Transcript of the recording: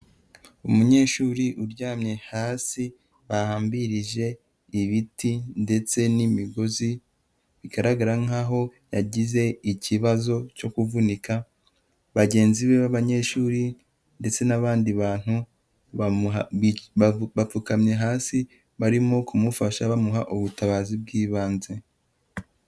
Umunyeshuri uryamye hasi bahambirije ibiti ndetse n'imigozi, bigaragara nk'aho yagize ikibazo cyo kuvunika, bagenzi be b'abanyeshuri ndetse n'abandi bantu bamu bapfukamye hasi barimo kumufasha bamuha ubutabazi bw'ibanze.